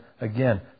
again